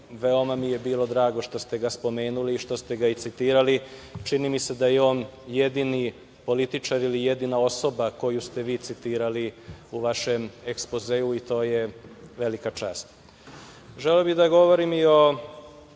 veoma mi je bilo drago što ste ga spomenuli i što ste ga citirali. Čini mi se da je on jedini političar ili jedina osoba koju ste citirali u vašem ekspozeu i to je velika čast. Želeo bih da govorim i o